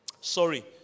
Sorry